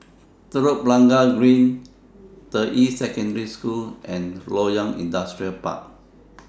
Telok Blangah Green Deyi Secondary School and Loyang Industrial Park